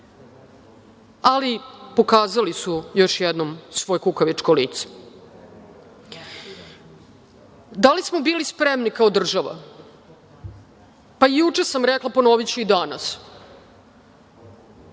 ali pokazali su još jednom svoje kukavičko lice. Da li smo bili spremni kao država? Pa, juče sam rekla, a ponoviću i danas,